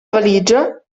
valigia